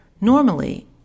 Normally